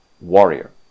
warrior